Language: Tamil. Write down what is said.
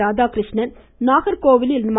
ராதாகிருஷ்ணன் நாகர்கோவிலில் மா